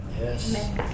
Yes